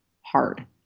hard